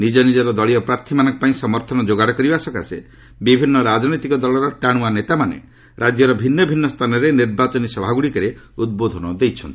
ନିଜ ନିଜର ଦଳୀୟ ପ୍ରାର୍ଥୀମାନଙ୍କ ପାଇଁ ସମର୍ଥନ ଯୋଗାଡ଼ କରିବା ସକାଶେ ବିଭିନ୍ନ ରାଜନୈତିକ ଦଳର ଟାଣୁଆ ନେତାମାନେ ରାଜ୍ୟର ଭିନ୍ନ ଭିନ୍ନ ସ୍ଥାନରେ ନିର୍ବାଚନୀ ସଭାଗୁଡ଼ିକରେ ଉଦ୍ବୋଧନ ଦେଇଛନ୍ତି